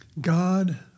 God